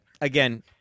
Again